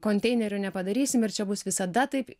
konteinerių nepadarysim ir čia bus visada taip